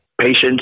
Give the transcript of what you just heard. Patience